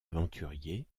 aventurier